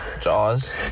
Jaws